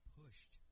pushed